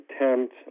attempt